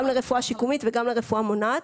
גם לרפואה שיקומית וגם לרפואה מונעת.